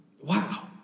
Wow